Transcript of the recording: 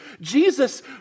Jesus